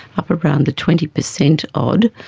up around the twenty percent odd,